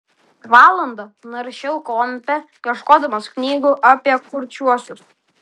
valandą naršiau kompe ieškodamas knygų apie kurčiuosius